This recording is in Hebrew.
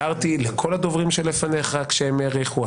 הערתי לכל הדוברים שלפניך כשהם האריכו,